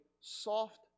soft